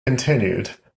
continued